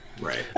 Right